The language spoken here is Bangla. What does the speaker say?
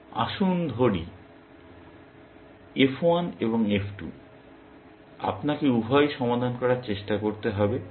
আসুন ধরি f1 এবং f2 আপনাকে উভয়ই সমাধান করার চেষ্টা করতে হবে